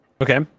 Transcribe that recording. okay